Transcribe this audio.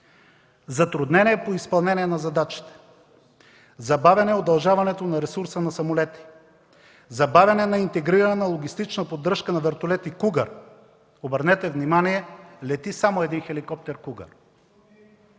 затруднение по изпълнение на задачите, забавяне удължаването на ресурса на самолета, забавяне на интегрирана логистична поддръжка на вертолети „Кугър”. Обърнете внимание, лети само един хеликоптер „Кугър”.